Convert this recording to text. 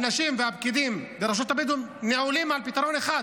האנשים והפקידים ברשות הבדואים נעולים על פתרון אחד,